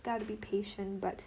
gotta to be patient but